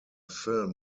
film